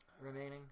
remaining